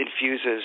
infuses